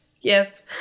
Yes